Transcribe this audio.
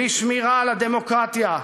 בלי שמירה על הדמוקרטיה.